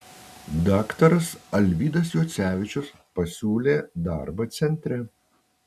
daktaras alvydas juocevičius pasiūlė darbą centre